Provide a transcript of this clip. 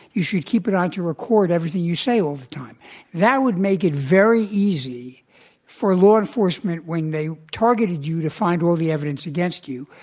you should keep it on to record everything you say all the time that. would make it very easy for law enforcement when they targeted you to find all the evidence against you.